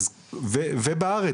ובארץ,